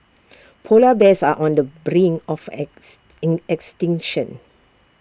Polar Bears are on the brink of ex in extinction